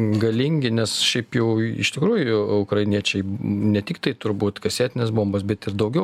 galingi nes šiaip jau iš tikrųjų ukrainiečiai ne tiktai turbūt kasetines bombas bet ir daugiau